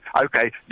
okay